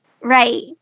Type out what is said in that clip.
Right